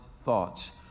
thoughts